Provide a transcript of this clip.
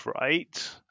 right